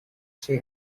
she